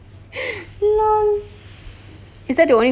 is that the only pet err he has